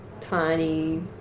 tiny